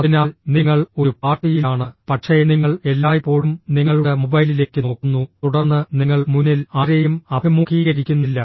അതിനാൽ നിങ്ങൾ ഒരു പാർട്ടിയിലാണ് പക്ഷേ നിങ്ങൾ എല്ലായ്പ്പോഴും നിങ്ങളുടെ മൊബൈലിലേക്ക് നോക്കുന്നു തുടർന്ന് നിങ്ങൾ മുന്നിൽ ആരെയും അഭിമുഖീകരിക്കുന്നില്ല